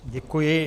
Děkuji.